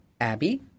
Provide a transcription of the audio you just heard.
Abby